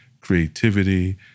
creativity